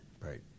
Right